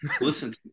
Listen